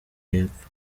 yepfo